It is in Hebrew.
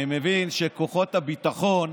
אני מבין שכוחות הביטחון,